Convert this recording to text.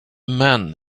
man